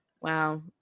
Wow